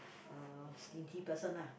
uh stingy person lah